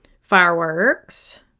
fireworks